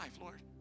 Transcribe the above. Lord